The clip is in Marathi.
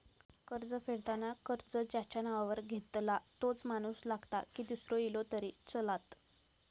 कर्ज फेडताना कर्ज ज्याच्या नावावर घेतला तोच माणूस लागता की दूसरो इलो तरी चलात?